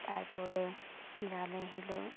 ᱛᱟᱨᱯᱚᱨᱮ ᱡᱟᱞᱮ ᱦᱤᱞᱳᱜ